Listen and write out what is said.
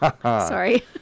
Sorry